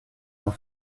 moi